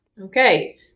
Okay